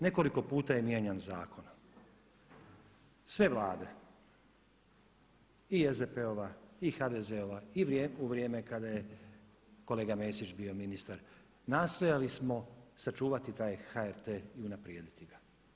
Nekoliko puta je mijenjan zakon, sve Vlade i SDP-ova i HDZ-ova i u vrijeme kada je kolega Mesić bio ministar nastojali smo sačuvati taj HRT i unaprijediti ga.